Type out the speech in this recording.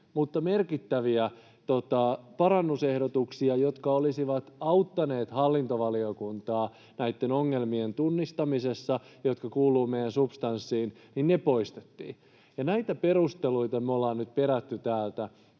mutta merkittäviä parannusehdotuksia, jotka olisivat auttaneet hallintovaliokuntaa näitten ongelmien tunnistamisessa, jotka kuuluvat meidän substanssiin, poistettiin. Näitä perusteluita me ollaan nyt perätty täältä,